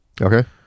Okay